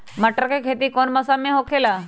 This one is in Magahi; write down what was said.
मटर के खेती कौन मौसम में होखेला?